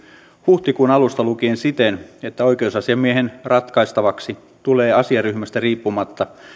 huhtikuun alusta lukien siten että oikeusasiamiehen ratkaistavaksi tulee asiaryhmästä riippumatta